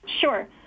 Sure